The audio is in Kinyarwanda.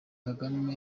kagame